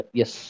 yes